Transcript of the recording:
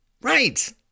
Right